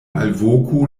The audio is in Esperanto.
alvoku